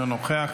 אינו נוכח,